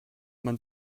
man